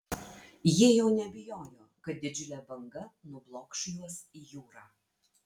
jie jau nebijojo kad didžiulė banga nublokš juos į jūrą